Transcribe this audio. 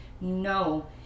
No